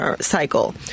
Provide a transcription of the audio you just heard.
cycle